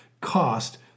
cost